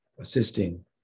assisting